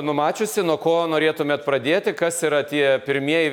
numačiusi nuo ko norėtumėt pradėti kas yra tie pirmieji